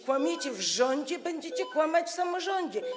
Kłamiecie w rządzie, będziecie kłamać w samorządzie.